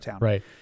right